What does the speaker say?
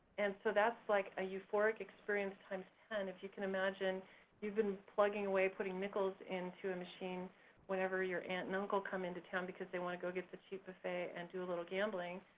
and so that's like a euphoric experience times, and if you can imagine you've been plugging away putting nickels into a machine whenever your aunt and uncle come into town because they wanna go get the cheap buffet and do a little gambling,